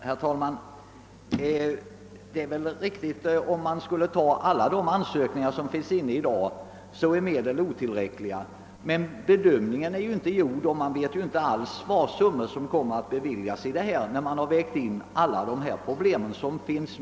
Herr talman! Om alla de ansökningar som i dag finns inne skulle bifallas är medlen naturligtvis otillräckliga. Bedömningen är emellertid ännu inte gjord, och man vet inte vilka summor som kommer att beviljas när hänsyn tagits till alla de problem som finns.